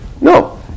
No